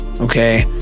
Okay